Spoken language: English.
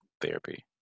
therapy